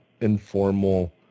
informal